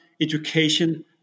education